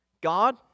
God